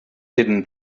hidden